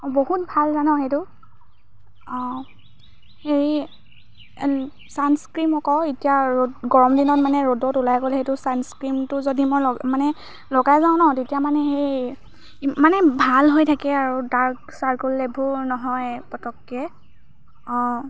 বহুত ভাল জান সেইটো অঁ হেৰি ছানস্ক্ৰীন আকৌ এতিয়া ৰ'দ গৰম দিনত মানে ৰ'দত ওলাই গ'লে সেইটো ছানস্ক্ৰীমটো যদি মই ল মানে লগাই যাওঁ ন তেতিয়া মানে সেই মানে ভাল হৈ থাকে আৰু ডাৰ্ক চাৰ্কোল এইবোৰ নহয় পতককৈ অঁ